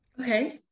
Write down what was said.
Okay